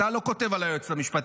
אתה לא כותב על היועצת המשפטית,